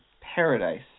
paradise